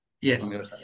Yes